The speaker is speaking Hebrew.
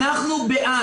אנחנו בעד.